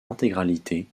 intégralité